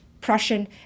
Prussian